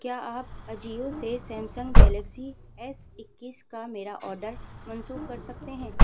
کیا آپ اجیو سے سمسنگ گلیکسی ایس اکیس کا میرا آڈر منسوخ کر سکتے ہیں